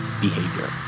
behavior